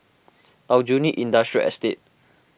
Aljunied Industrial Estate